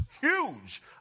huge